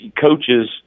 coaches